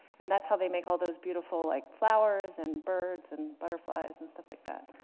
and that's how they make all those beautiful like flowers, and birds, and butterflies, and stuff like that.